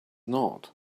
not